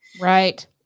Right